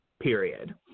period